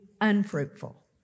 unfruitful